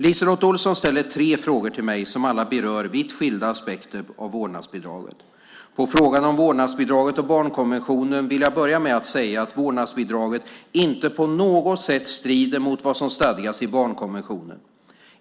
LiseLotte Olsson ställer tre frågor till mig som alla berör vitt skilda aspekter av vårdnadsbidraget. På frågan om vårdnadsbidraget och barnkonventionen vill jag börja med att säga att vårdnadsbidraget inte på något sätt strider mot vad som stadgas i barnkonventionen.